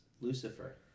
Lucifer